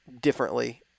differently